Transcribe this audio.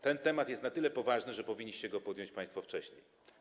Ten temat jest na tyle poważny, że powinniście go podjąć państwo wcześniej.